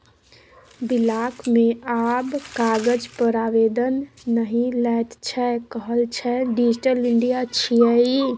block मे आब कागज पर आवेदन नहि लैत छै कहय छै डिजिटल इंडिया छियै ई